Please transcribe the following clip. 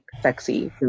sexy